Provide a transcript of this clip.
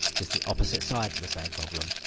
just the opposite sides of the same problem.